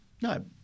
No